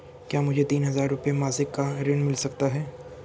क्या मुझे तीन हज़ार रूपये मासिक का ऋण मिल सकता है?